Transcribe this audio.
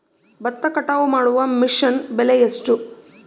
ಭತ್ತ ಕಟಾವು ಮಾಡುವ ಮಿಷನ್ ಬೆಲೆ ಎಷ್ಟು?